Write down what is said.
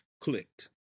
clicked